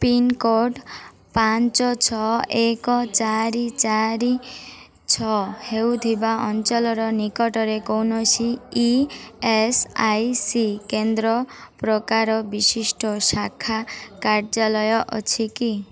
pin code ପାଞ୍ଚ ଛଅ ଏକ ଚାରି ଚାରି ଛଅ ହୋଇଥିବା ଅଞ୍ଚଳର ନିକଟରେ କୌଣସି ଇ ଏସ୍ ଆଇ ସି କେନ୍ଦ୍ର ପ୍ରକାର ବିଶିଷ୍ଟ ଶାଖା କାର୍ଯ୍ୟାଳୟ ଅଛି କି